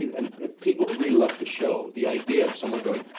mean, and if people who really love the show, the idea of someone going,